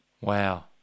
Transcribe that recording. wow